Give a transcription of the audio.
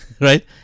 right